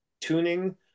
tuning